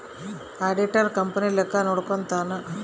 auditor company ಲೆಕ್ಕ ನೋಡ್ಕಂತಾನ್